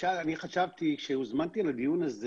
למשל כשהוזמנתי לדיון הזה